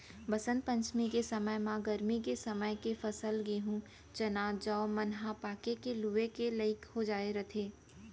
बसंत पंचमी के समे म गरमी के समे के फसल गहूँ, चना, जौ मन ह पाके के लूए के लइक हो जाए रहिथे